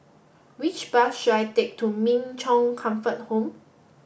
which bus should I take to Min Chong Comfort Home